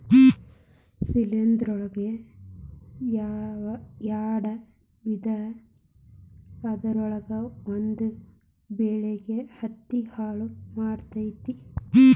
ಶಿಲೇಂಧ್ರ ಒಳಗ ಯಾಡ ವಿಧಾ ಅದರೊಳಗ ಒಂದ ಬೆಳಿಗೆ ಹತ್ತಿ ಹಾಳ ಮಾಡತತಿ